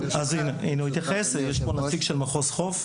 יש פה נציג של מחוז חוף.